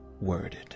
worded